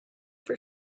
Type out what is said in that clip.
for